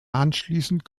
anschließend